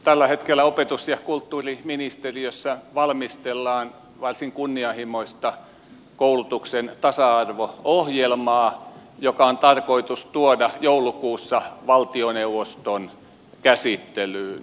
tällä hetkellä opetus ja kulttuuriministeriössä valmistellaan varsin kunnianhimoista koulutuksen tasa arvo ohjelmaa joka on tarkoitus tuoda joulukuussa valtioneuvoston käsittelyyn